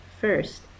First